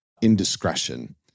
indiscretion